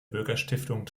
bürgerstiftung